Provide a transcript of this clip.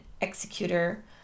executor